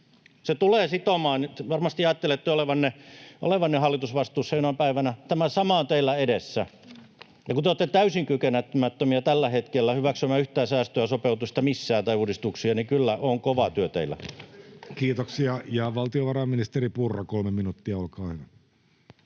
Se tulee sitomaan. Nyt varmasti ajattelette olevanne hallitusvastuussa jonain päivänä, niin tämä sama on teillä edessä. Ja kun te olette täysin kykenemättömiä tällä hetkellä hyväksymään yhtään säästöä, sopeutusta tai uudistuksia missään, niin kyllä on kova työ teillä. [Speech 77] Speaker: Jussi Halla-aho Party: